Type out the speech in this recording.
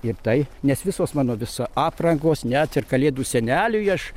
ir tai nes visos mano visa aprangos net ir kalėdų seneliui aš